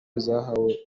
zahawe